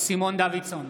סימון דוידסון,